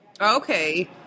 Okay